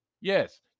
Yes